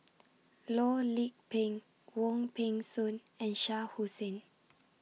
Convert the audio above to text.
Loh Lik Peng Wong Peng Soon and Shah Hussain